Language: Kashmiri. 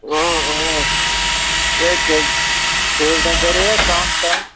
اۭں اۭں یے کووِڈَن کَرییَہ کَم تنٛگ